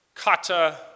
kata